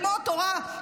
כמו תורה,